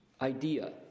idea